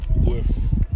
yes